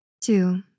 Two